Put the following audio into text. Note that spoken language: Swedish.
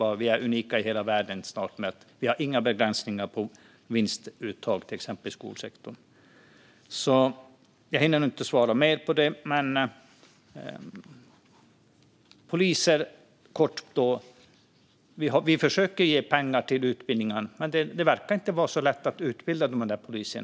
Vi är snart unika i världen när det gäller att vi inte har några begränsningar på vinstuttag till exempel i skolsektorn. Jag hinner inte svara mer på det. Kort om poliser: vi försöker ge pengar till utbildningar, men det verkar inte vara så lätt att utbilda poliser.